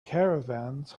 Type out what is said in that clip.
caravans